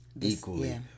equally